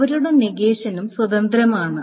അവരുടെ നെഗേഷനും സ്വതന്ത്രമാണ്